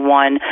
one